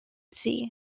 sea